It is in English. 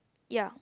ya